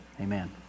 Amen